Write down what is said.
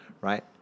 right